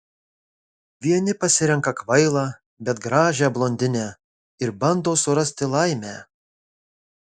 vieni pasirenka kvailą bet gražią blondinę ir bando surasti laimę